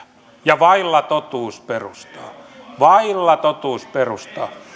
ja vailla totuusperustaa vailla totuusperustaa